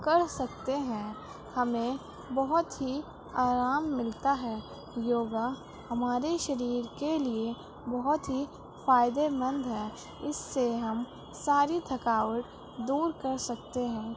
کر سکتے ہیں ہمیں بہت ہی آرام ملتا ہے یوگا ہمارے شریر کے لیے بہت ہی فائدے مند ہے اس سے ہم ساری تھکاوٹ دور کر سکتے ہیں